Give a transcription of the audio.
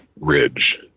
ridge